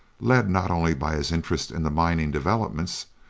led not only by his interest in the mining developments,